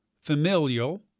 familial